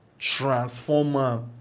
Transformer